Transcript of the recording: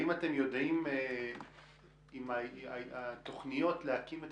האם אתם יודעים אם התוכניות להקים את